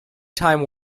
time